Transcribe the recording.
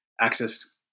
access